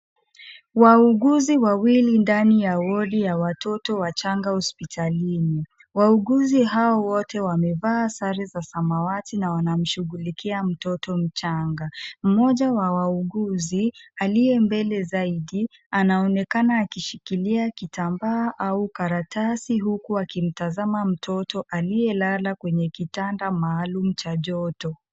Wauguzi wawili ndani ya wodi ya watoto wachanga hospitalini. Wauguzi hao wote wamevaa sare za samawati na wanamshughulikia mtoto mchanga. Mmoja wa wauguzi, aliye mbele zaidi, anaonekana akishikilia kitambaa au karatasi huku akimtazama mtoto aliyelala kwenye kitanda maalum cha joto.